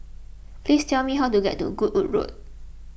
please tell me how to get to Goodwood Road